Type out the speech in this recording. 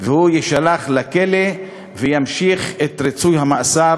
הוא יישלח לכלא וימשיך את ריצוי המאסר